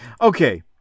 okay